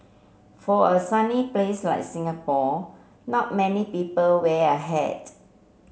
for a sunny place like Singapore not many people wear a hat